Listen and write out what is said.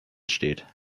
steht